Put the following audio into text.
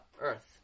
earth